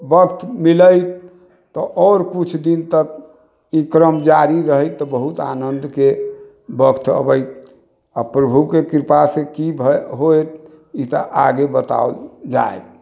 वक़्त मिलैत तऽ आओर कुछ दिन तक ई क्रम जारी रहैत तऽ बहुत आनन्द के वक़्त अबैत आ प्रभु के कृपा सँ की होइत ई तऽ आगे बताओल जाएत